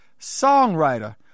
songwriter